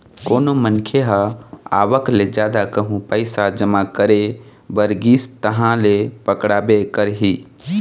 कोनो मनखे ह आवक ले जादा कहूँ पइसा जमा करे बर गिस तहाँ ले पकड़ाबे करही